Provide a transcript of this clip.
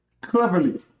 Cleverly